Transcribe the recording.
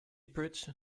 bridge